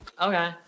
Okay